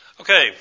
Okay